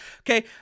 okay